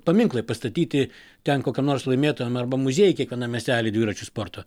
paminklai pastatyti ten kokio nors laimėtojam arba muziejai kiekvienam miestely dviračių sporto